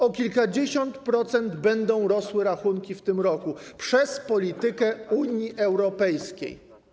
O kilkadziesiąt procent będą rosły rachunki w tym roku przez politykę Unii Europejskiej.